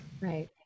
Right